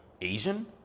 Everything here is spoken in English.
Asian